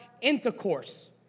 intercourse